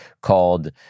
called